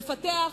מפתח,